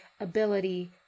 ability